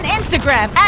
Instagram